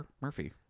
Murphy